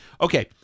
Okay